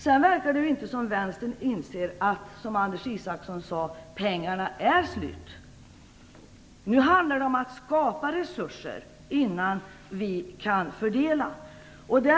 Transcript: Sedan verkar det som om Vänstern inte inser att - som Anders Isaksson sade - pengarna är slut. Nu handlar det om att skapa resurser innan vi kan göra en fördelning.